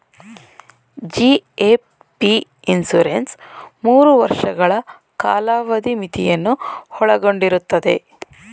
GAP insurance ಮೂರು ವರ್ಷಗಳ ಕಾಲಾವಧಿ ಮಿತಿಯನ್ನು ಒಳಗೊಂಡಿರುತ್ತದೆ